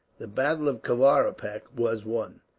the battle of kavaripak was won.